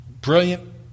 Brilliant